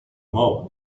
moment